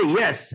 yes